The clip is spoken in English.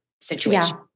situation